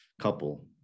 couple